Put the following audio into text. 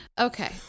Okay